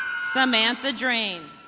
samantha dream.